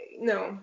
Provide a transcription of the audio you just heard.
no